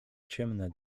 ciemne